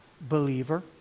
believer